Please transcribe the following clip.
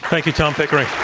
thank you, tom pickering.